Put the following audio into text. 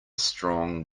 strong